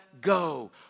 go